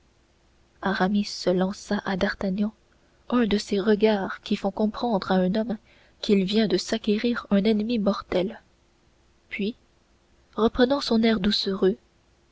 aramis lança à d'artagnan un de ces regards qui font comprendre à un homme qu'il vient de s'acquérir un ennemi mortel puis reprenant son air doucereux